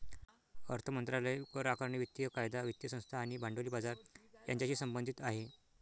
अर्थ मंत्रालय करआकारणी, वित्तीय कायदा, वित्तीय संस्था आणि भांडवली बाजार यांच्याशी संबंधित आहे